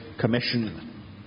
commission